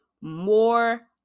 more